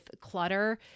clutter